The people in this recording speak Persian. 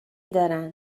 دارن